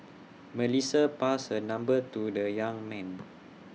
Melissa passed her number to the young man